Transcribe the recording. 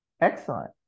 Excellent